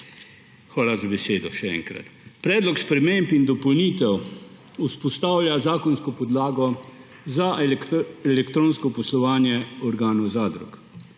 Hvala za besedo, še enkrat. Predlog sprememb in dopolnitev vzpostavlja zakonsko podlago za elektronsko poslovanje organov zadrug.